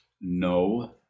No